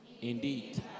Indeed